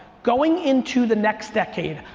going into the next decade,